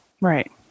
Right